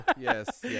Yes